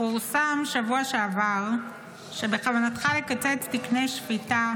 פורסם בשבוע שעבר שבכוונתך לקצץ תקני שפיטה